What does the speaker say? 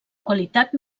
qualitat